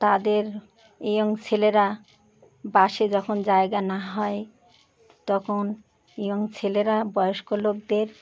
তাদের ইয়ং ছেলেরা বাসে যখন জায়গা না হয় তখন ইয়ং ছেলেরা বয়স্ক লোকদের